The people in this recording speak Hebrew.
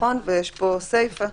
ויש פה סיפה: